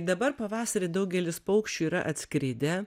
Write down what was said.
dabar pavasarį daugelis paukščių yra atskridę